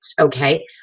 Okay